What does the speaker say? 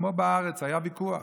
כמו בארץ, היה ויכוח.